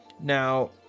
Now